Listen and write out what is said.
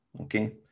Okay